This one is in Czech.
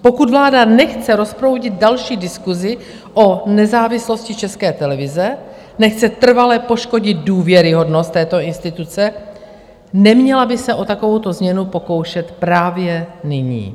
Pokud vláda nechce rozproudit další diskusi o nezávislosti České televize, nechce trvale poškodit důvěryhodnost této instituce, neměla by se o takovouto změnu pokoušet právě nyní.